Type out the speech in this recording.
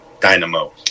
dynamo